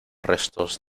restos